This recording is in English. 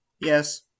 yes